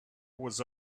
was